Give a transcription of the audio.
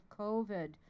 COVID